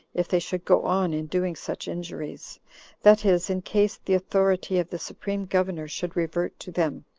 if they should go on in doing such injuries that is, in case the authority of the supreme governor should revert to them.